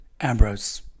Ambrose